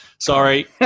Sorry